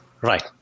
right